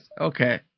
okay